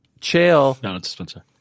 Chael